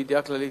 מידיעה כללית,